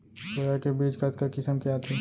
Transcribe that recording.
Soya के बीज कतका किसम के आथे?